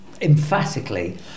emphatically